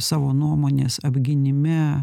savo nuomonės apgynime